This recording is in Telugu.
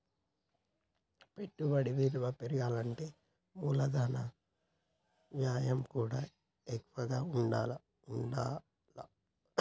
పెట్టుబడి విలువ పెరగాలంటే మూలధన వ్యయం కూడా ఎక్కువగా ఉండాల్ల